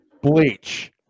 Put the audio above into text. bleach